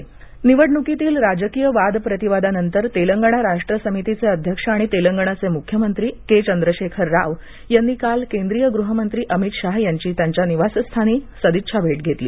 शाह राव भेट निवडणुकीतील राजकीय वाद प्रतीवादानंतर तेलंगणा राष्ट्र समितीचे अध्यक्ष आणि तेलंगणाचे मुख्यमंत्री के चंद्रशेखर राव यांनी काल रात्री केंद्रीय गृहमंत्री अमित शाह यांची त्यांच्या निवासस्थानी सदिच्छा भेट घेतली